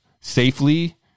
safely